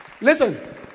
Listen